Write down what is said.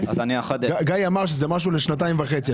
גיא אמר שזה משהו לשנתיים וחצי.